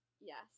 Yes